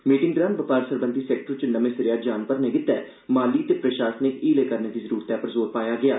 meeting दौरान बपार सरबंधी सैक्टर च नमें सिरेया जान भरने गितै माली ते प्रशासनिक हीलें करने दी जरूरत पर जोर पाया गेआ